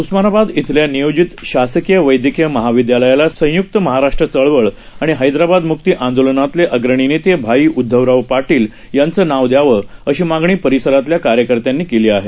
उस्मानाबादइथल्यानियोजितशासकीयवैद्यकीयमहाविद्यालयालासंयुक्तमहाराष्ट्रचळवळआणिहैदराबादम् क्तिआंदोलनातलेअग्रणीनेतेभाईउद्धवरावपाटीलयांचंनावद्यावं अशीमागणीपरिसरातल्याकार्यकर्त्यांनीकेलीआहे